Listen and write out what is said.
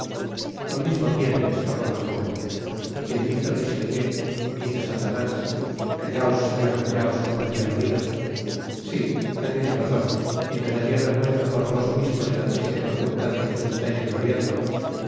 lo mismo tiene esclamó la jóven quien dice richelieu dice satanás callaos señora callaos que podrían oiros sí teneis razon y me daria vergüenza por vos mismo de la triste conducta de que os estais gloriando